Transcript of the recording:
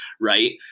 Right